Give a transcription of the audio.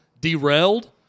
derailed